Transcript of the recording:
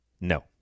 No